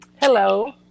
Hello